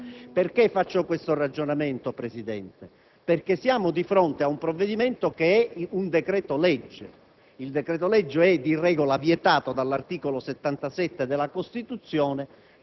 Perché faccio questo ragionamento, signor Presidente? Perché siamo di fronte a un decreto‑legge. Il decreto‑legge è di regola vietato dall'articolo 77 della Costituzione,